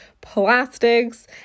plastics